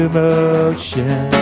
motion